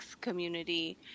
community